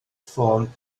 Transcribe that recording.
ffôn